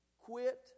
Quit